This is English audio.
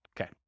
Okay